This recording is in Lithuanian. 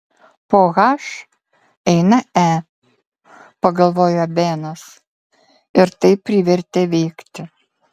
po h eina e pagalvojo benas ir tai privertė veikti